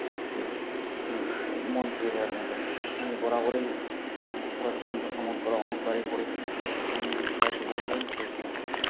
সত্যি মন ছুঁয়ে যাওয়ার মতো আমি বরাবরই শরৎচন্দ্র সমগ্র অনেকবারই পড়েছি আমি সবাইকে বলবো যাতে এই সমগ্র পড়ানো হয়